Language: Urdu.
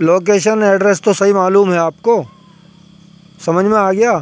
لوکیشن ایڈریس تو صحیح معلوم ہے آپ کو سمجھ میں آ گیا